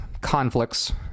conflicts